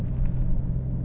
macam mana nak cakap eh